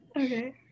okay